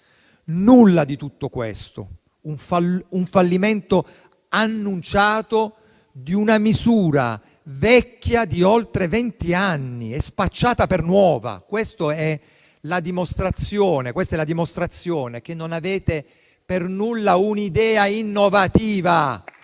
nulla di tutto questo: è il fallimento annunciato di una misura vecchia di oltre vent'anni e spacciata per nuova. Questa è la dimostrazione che non avete un'idea innovativa.